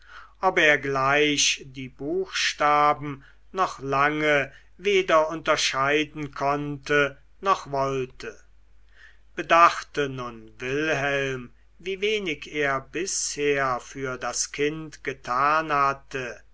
ob er gleich die buchstaben noch lange weder unterscheiden konnte noch wollte bedachte nun wilhelm wie wenig er bisher für das kind getan hatte